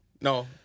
no